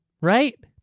Right